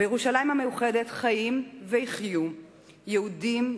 בירושלים המאוחדת חיים ויחיו יהודים,